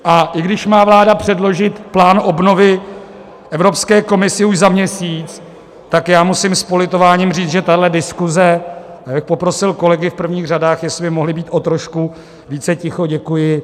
A i když má vláda předložit plán obnovy Evropské komisi už za měsíc, tak já musím s politováním říct, že tahle diskuze já bych poprosil kolegy v prvních řadách, jestli by mohli být o trošku více ticho, děkuji.